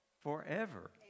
forever